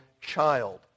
child